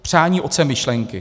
Přání otcem myšlenky.